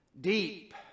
Deep